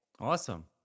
Awesome